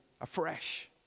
afresh